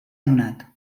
adonat